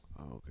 Okay